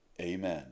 Amen